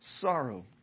sorrow